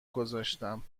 گذاشتم